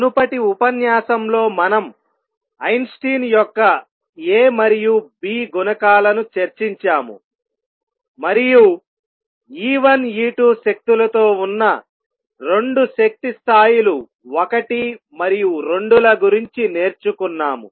మునుపటి ఉపన్యాసంలో మనం ఐన్స్టీన్ యొక్క A మరియు B గుణకాలను చర్చించాము మరియు E1 E2 శక్తులతో ఉన్న రెండు శక్తి స్థాయిలు ఒకటి మరియు రెండు ల గురించి నేర్చుకున్నాము